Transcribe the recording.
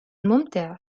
ممتع